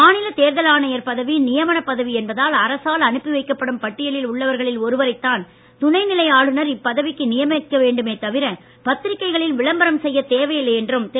மாநில தேர்தல் ஆணையர் பதவி நியமனப் பதவி என்பதால் அரசால் அனுப்பி வைக்கப்படும் பட்டியலில் உள்ளவர்களில் ஒருவரைத்தான் துணைநிலை ஆளுநர் இப்பதவிக்கு நியமிக்க வேண்டுமே தவிர பத்திரிகைகளில் விளம்பரம் செய்யத் தேவையில்லை என்றும் திரு